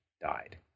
died